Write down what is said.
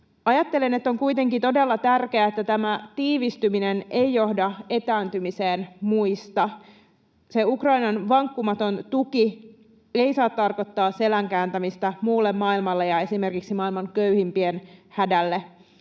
Ajattelen, että on kuitenkin todella tärkeää, että tämä tiivistyminen ei johda etääntymiseen muista. Ukrainan vankkumaton tuki ei saa tarkoittaa selän kääntämistä muulle maailmalle ja esimerkiksi maailman köyhimpien hädälle.